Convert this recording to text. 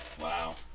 Wow